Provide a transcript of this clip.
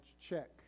check